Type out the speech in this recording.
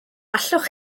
allwch